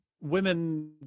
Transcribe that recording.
women